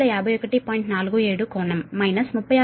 47 కోణం మైనస్ 36